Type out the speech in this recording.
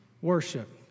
worship